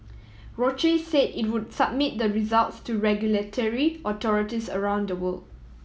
Roche say it would submit the results to regulatory authorities around the world